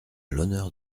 l’honneur